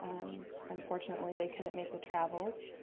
unfortunately they couldn't make the travels,